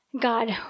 God